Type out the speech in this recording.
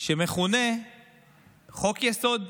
שמכונה "חוק-יסוד",